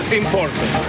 important